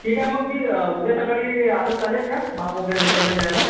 ठीक आहे मग मी उद्या सकाळी आलो चालेल का माप वगै मेजरमेंट द्यायला